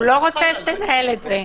הוא לא רוצה שתנהל את זה.